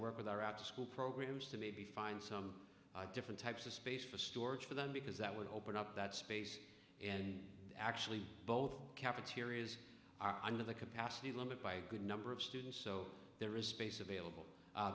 work with are out school programs to maybe find some different types of space for storage for them because that would open up that space and actually both cafeterias are under the capacity limit by a good number of students so there is space